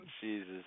Jesus